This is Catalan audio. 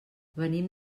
venim